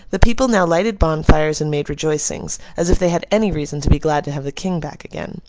the people now lighted bonfires and made rejoicings, as if they had any reason to be glad to have the king back again.